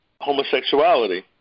homosexuality